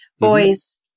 Boys